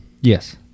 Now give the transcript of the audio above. yes